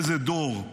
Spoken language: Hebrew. איזה דור.